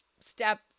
step